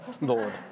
Lord